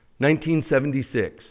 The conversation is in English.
1976